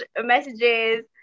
messages